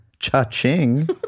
Cha-ching